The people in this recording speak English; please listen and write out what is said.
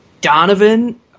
Donovan